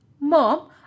Mom